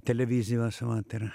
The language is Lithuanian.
televizijose vat ir